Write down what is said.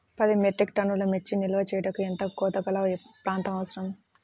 పది మెట్రిక్ టన్నుల మిర్చి నిల్వ చేయుటకు ఎంత కోలతగల ప్రాంతం అవసరం?